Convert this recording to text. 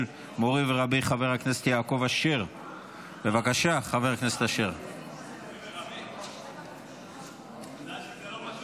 אושרה בקריאה הטרומית ותעבור לדיון בוועדת